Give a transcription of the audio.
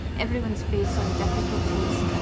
everyone's facing difficulties,